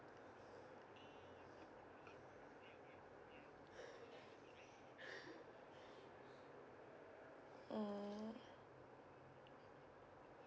mm